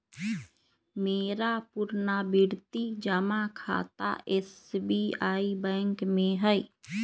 मेरा पुरनावृति जमा खता एस.बी.आई बैंक में हइ